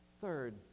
Third